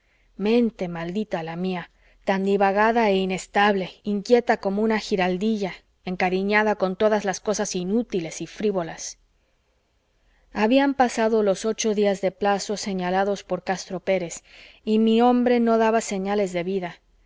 mente maldita la mía tan divagada e inestable inquieta como una giraldilla encariñada con todas las cosas inútiles y frívolas habían pasado los ocho días de plazo señalados por castro pérez y mi hombre no daba señales de vida